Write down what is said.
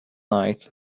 night